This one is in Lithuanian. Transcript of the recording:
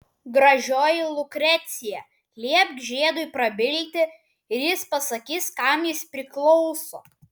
gražioji lukrecija liepk žiedui prabilti ir jis pasakys kam jis priklauso